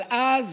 אבל אז,